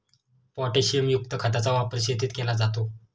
पोटॅशियमयुक्त खताचा वापर शेतीत केला जातो